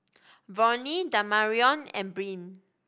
Volney Damarion and Brynn